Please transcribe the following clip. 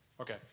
Okay